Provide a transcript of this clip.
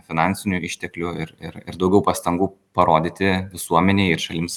finansinių išteklių ir ir ir daugiau pastangų parodyti visuomenei ir šalims